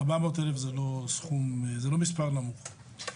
400,000 זה לא מספר נמוך.